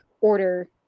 order